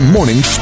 Morning